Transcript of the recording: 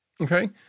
Okay